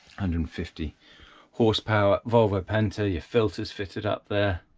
hundred and fifty horsepower volvo penta, your filters fitted up there,